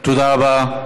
תודה רבה.